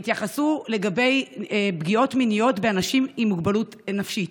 התייחסו לפגיעות מיניות באנשים עם מוגבלות נפשית.